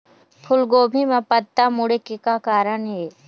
फूलगोभी म पत्ता मुड़े के का कारण ये?